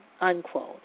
unquote